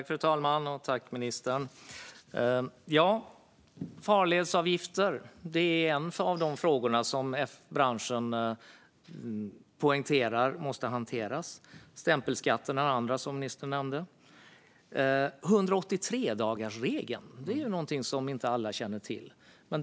Fru talman! Farledsavgifter är en av de frågor som branschen poängterar måste hanteras. Stämpelskatten, som ministern nämnde, är en annan. Det är inte alla som känner till 183-dagarsregeln.